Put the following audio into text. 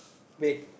bake